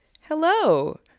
Hello